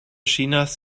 chinas